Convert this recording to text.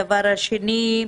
הדבר השני,